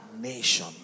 nation